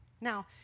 Now